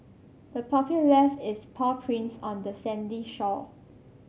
the puppy left its paw prints on the sandy shore